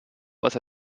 was